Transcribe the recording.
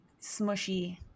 smushy